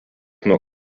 nuo